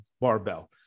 barbell